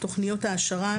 תכניות העשרה,